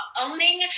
owning